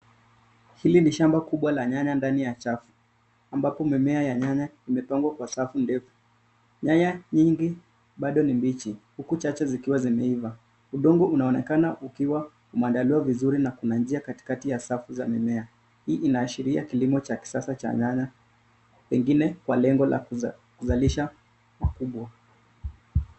Hili ni shamba kubwa la nyanya ndani ya chafu, ambapo mimea ya nyanya imepangwa kwa safu ndefu. Nyanya nyingi bado ni mbichi, huku chache zikiwa zimeiva. Udongo unaonekana ukiwa umeandaliwa vizuri na kuna njia katikati ya safu za mimea. Hii inaashiria kilimo cha kisasa cha nyanya, pengine kwa lengo la kuzalisha makubwa.